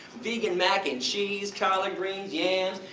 vegan mac n cheese, collard greens, yams.